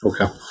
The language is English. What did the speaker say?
Okay